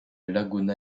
laguna